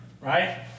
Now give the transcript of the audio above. right